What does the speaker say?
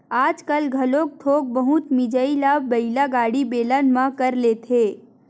आजकाल घलोक थोक बहुत मिजई ल बइला गाड़ी, बेलन म कर लेथे